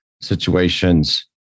situations